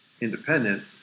independent